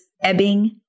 ebbing